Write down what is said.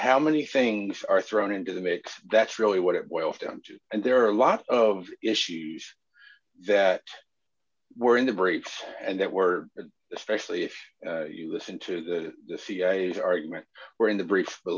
how many things are thrown into the mix that's really what it boils down to and there are a lot of issues that were in the brief and that were especially if you listen to that the cia's argument were in the